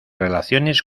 relaciones